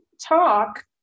talk